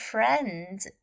Friends